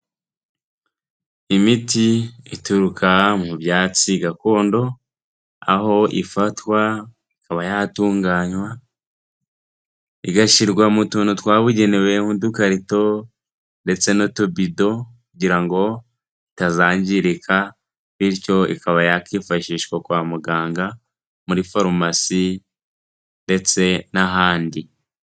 Imiti ituruka mu byatsi gakondo, aho ifatwa ikaba yatunganywa, igashyirwa mu tuntu twabugenewe, nk'udukarito ndetse n'utubido, kugira ngo itazangirika, bityo ikaba yakwifashishwa kwa muganga, muri farumasi ndetse n'ahandi.